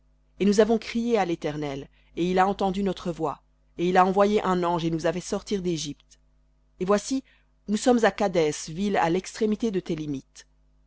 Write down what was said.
et nous avons crié à l'éternel et il a entendu notre voix et il a envoyé un ange et nous a fait sortir d'égypte et voici nous sommes à kadès ville à l'extrémité de tes limites